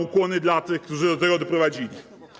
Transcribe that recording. Ukłony dla tych, którzy do tego doprowadzili.